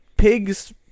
Pigs